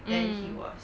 mm